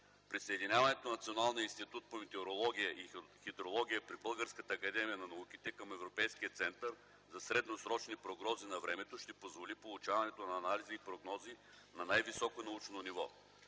Присъединяването на Националния институт по метеорология и хидрология при Българската академия на науките към Европейския център за средносрочни прогнози на времето ще позволи получаването на анализи и прогнози на най-високо научно ниво.